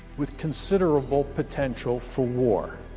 with considerable potential for war.